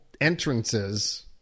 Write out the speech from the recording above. entrances